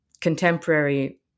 contemporary